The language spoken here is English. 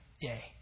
day